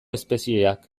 espezieak